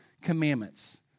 commandments